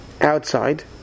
outside